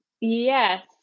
Yes